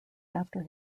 after